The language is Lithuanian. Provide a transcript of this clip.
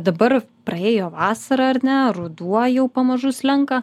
dabar praėjo vasara ar ne ruduo jau pamažu slenka